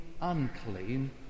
unclean